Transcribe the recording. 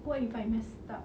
what if I mess up